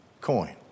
coin